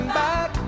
back